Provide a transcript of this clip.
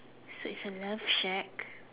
so it's a love shack